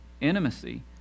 intimacy